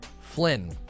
Flynn